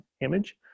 image